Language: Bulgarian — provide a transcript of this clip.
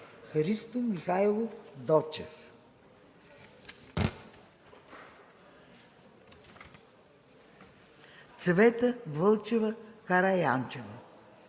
Христо Михайлов Дочев - тук Цвета Вълчева Караянчева